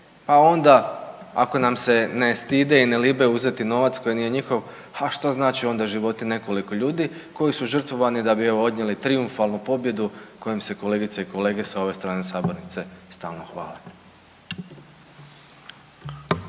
a onda ako nam se ne stide i ne libe uzeti novac koji nije njihov, ha šta znači onda životi nekoliko ljudi koji su žrtvovani da bi evo odnijeli trijumfalnu pobjedu kojom se kolegice i kolege s ove strane sabornice stalno hvale.